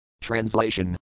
Translation